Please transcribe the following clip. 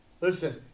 listen